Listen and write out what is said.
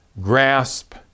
grasp